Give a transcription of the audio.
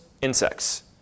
insects